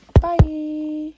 Bye